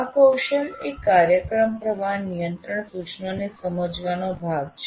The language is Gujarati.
આ કૌશલ એ કાર્યક્રમ પ્રવાહ નિયંત્રણ સૂચનોને સમજવાનો ભાગ છે